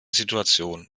situation